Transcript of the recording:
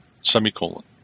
semicolon